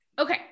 okay